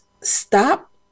stop